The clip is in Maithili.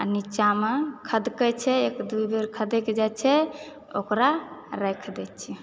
नीचाँमे खदकए छै एक दू बेर खदकि जाए छै ओकरा राखि दए छिऐ